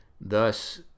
Thus